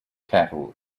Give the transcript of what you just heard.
cattle